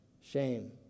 shame